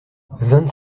vingt